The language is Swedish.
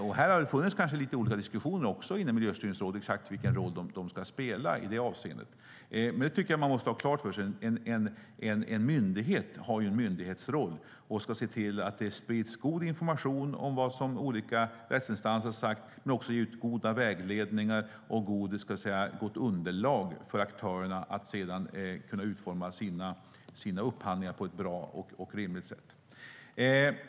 Det har kanske funnits lite olika diskussioner inom Miljöstyrningsrådet om exakt vilken roll de ska spela i det avseendet. Jag tycker att man måste ha klart för sig att en myndighet har en myndighetsroll. Den ska se till att det sprids god information om vad olika rättsinstanser har sagt. Den ska också ge ut goda vägledningar och gott underlag för aktörerna för att de sedan ska kunna utforma sina upphandlingar på ett bra och rimligt sätt.